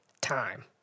time